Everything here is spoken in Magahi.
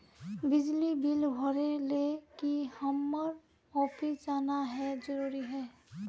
बिजली बिल भरे ले की हम्मर ऑफिस जाना है जरूरी है?